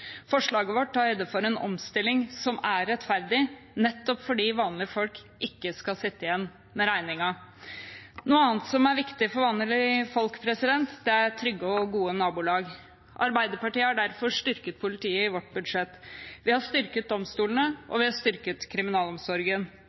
Forslaget vårt tar høyde for en omstilling som er rettferdig, nettopp fordi vanlige folk ikke skal sitte igjen med regningen. Noe annet som er viktig for vanlige folk, er trygge og gode nabolag. Vi i Arbeiderpartiet har derfor styrket politiet i vårt budsjett, vi har styrket domstolene, og vi har styrket kriminalomsorgen,